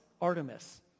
Artemis